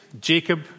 Jacob